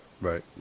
right